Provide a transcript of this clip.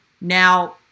Now